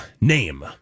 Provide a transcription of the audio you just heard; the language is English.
name